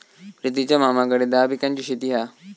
प्रितीच्या मामाकडे दहा पिकांची शेती हा